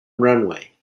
runway